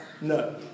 No